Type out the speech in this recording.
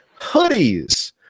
hoodies